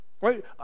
right